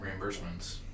reimbursements